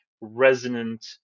resonant